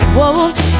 Whoa